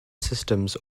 systems